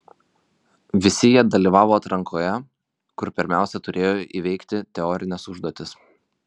visi jie dalyvavo atrankoje kur pirmiausia turėjo įveikti teorines užduotis